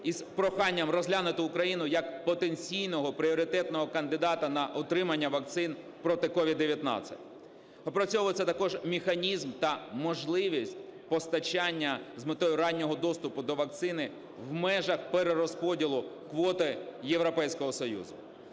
із проханням розглянути Україну як потенційного пріоритетного кандидата на отримання вакцин проти COVID-19. Опрацьовується також механізм та можливість постачання з метою раннього доступу до вакцини в межах перерозподілу квоти Європейського Союзу.